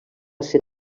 ser